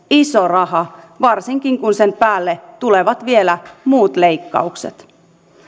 iso raha varsinkin kun sen päälle tulevat vielä muut leikkaukset